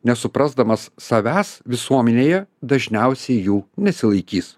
nesuprasdamas savęs visuomenėje dažniausiai jų nesilaikys